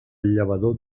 llavador